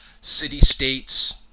city-states